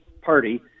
party